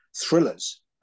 thrillers